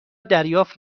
دریافت